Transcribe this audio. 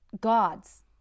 God's